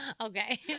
Okay